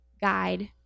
guide